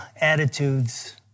attitudes